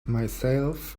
myself